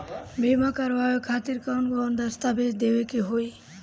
बीमा करवाए खातिर कौन कौन दस्तावेज़ देवे के होई?